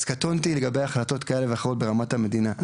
אז קטונתי לגבי החלטות כאלו ואחרות ברמת המדינה,